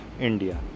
India